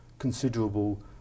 considerable